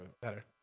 better